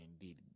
indeed